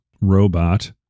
Robot